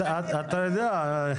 אתה יודע,